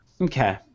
Okay